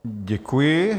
Děkuji.